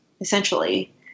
essentially